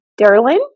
Derlin